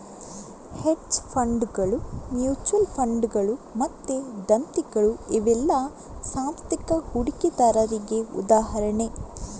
hedge ಫಂಡುಗಳು, mutual ಫಂಡುಗಳು ಮತ್ತೆ ದತ್ತಿಗಳು ಇವೆಲ್ಲ ಸಾಂಸ್ಥಿಕ ಹೂಡಿಕೆದಾರರಿಗೆ ಉದಾಹರಣೆ